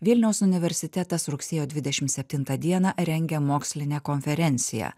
vilniaus universitetas rugsėjo dvidešim septintą dieną rengia mokslinę konferenciją